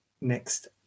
next